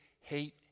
hate